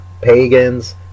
pagans